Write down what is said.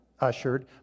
ushered